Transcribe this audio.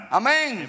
amen